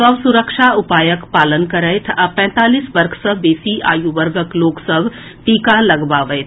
सभ सुरक्षा उपायक पालन करथि आ पैंतालीस वर्ष सँ बेसी आयु वर्गक लोक सभ टीका लगबावथि